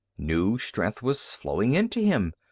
new strength was flowing into him,